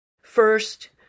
First